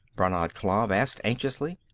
brannad klav asked anxiously.